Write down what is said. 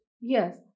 yes